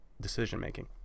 decision-making